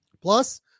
Plus